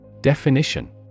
Definition